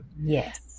Yes